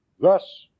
thus